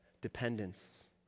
dependence